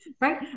Right